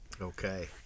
Okay